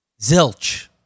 Zilch